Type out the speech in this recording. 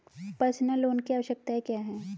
Personal loan की आवश्यकताएं क्या हैं?